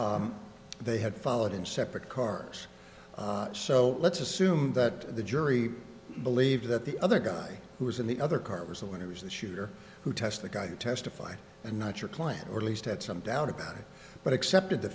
and they had followed in separate cars so let's assume that the jury believed that the other guy who was in the other car was ill and it was the shooter who test the guy who testified and not your client or at least had some doubt about it but accepted the